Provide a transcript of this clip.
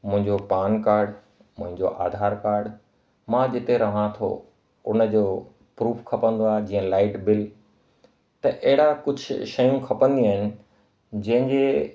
मुंहिंजो पानकार्ड मुंहिंजो आधार कार्ड मां जिते रहां थो उन जो प्रूफ़ खपंदो आहे जीअं लाईट बिल त अहिड़ा कुझु शयूं खपंदियूं आहिनि जंहिंजे